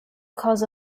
cause